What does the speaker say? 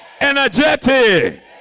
energetic